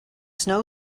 snow